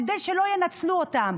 כדי שלא ינצלו אותן,